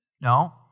No